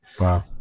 wow